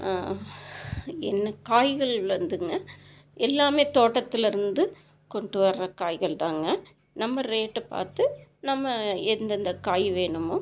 என்ன காய்கள் வந்துங்க எல்லாமே தோட்டத்துலேருந்து கொண்டு வர்கிற காய்கள் தாங்க நம்ம ரேட்டு பார்த்து நம்ம எந்தெந்த காய் வேணுமோ